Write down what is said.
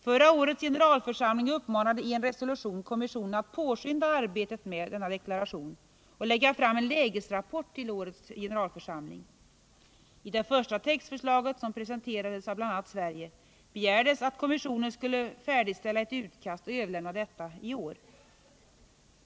Förra årets generalförsamling uppmanade i en resolution kommissionen att påskynda arbetet med deklarationen och att lägga fram en lägesrapport till årets generalförsamling. I det första textförslaget, som presenterades av bl.a. Sverige, begärdes att kommissionen skulle färdigställa ett utkast och överlämna detta i år.